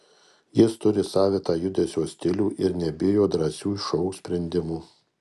jis turi savitą judesio stilių ir nebijo drąsių šou sprendimų